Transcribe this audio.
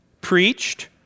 preached